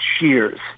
Cheers